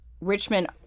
Richmond